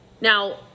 Now